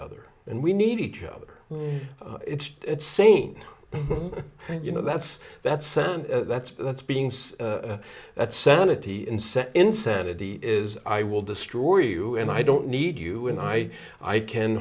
other and we need each other it's sane and you know that's that's san that's that's being that's sanity in set insanity is i will destroy you and i don't need you and i i can